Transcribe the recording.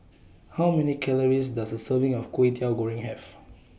How Many Calories Does A Serving of Kway Teow Goreng Have